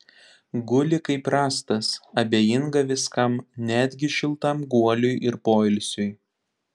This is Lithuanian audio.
guli kaip rąstas abejinga viskam netgi šiltam guoliui ir poilsiui